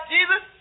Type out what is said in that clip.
Jesus